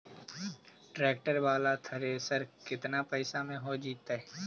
Tractor बाला thresher केतना पैसा में हो जैतै?